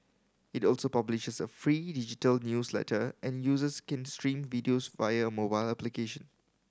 it also publishes a free digital newsletter and users can stream videos via a mobile application